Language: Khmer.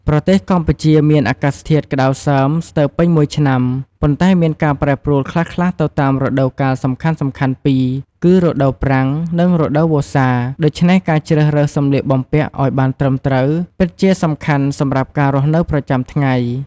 ប្រទេសកម្ពុជាមានអាកាសធាតុក្តៅសើមស្ទើរពេញមួយឆ្នាំ ប៉ុន្តែមានការប្រែប្រួលខ្លះៗទៅតាមរដូវកាលសំខាន់ៗពីរគឺ រដូវប្រាំង និងរដូវវស្សា ដូច្នេះការជ្រើសរើសសម្លៀកបំពាក់ឱ្យបានត្រឹមត្រូវពិតជាសំខាន់សម្រាប់ការរស់នៅប្រចាំថ្ងៃ។